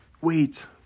wait